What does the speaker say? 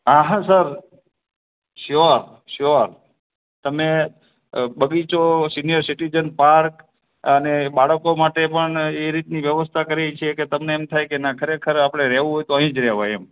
હા હા sir sure sure તમે બગીચો સીનિયર સિટિઝન પાર્ક અને બાળકો માટે પણ એ રીતની વ્યવસ્થા કરેલી છે કે તમને એમ થાય કે ના ખરેખર આપણે રહેવું હોય તો અહીં જ રહેવાય એમ